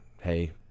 hey